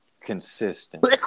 consistent